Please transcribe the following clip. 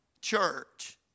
church